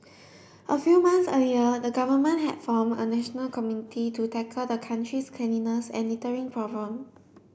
a few months earlier the government had form a national committee to tackle the country's cleanliness and littering problem